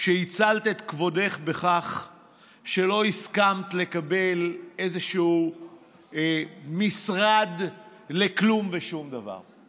שהצלת את כבודך בכך שלא הסכמת לקבל איזשהו משרד לכלום ושום דבר,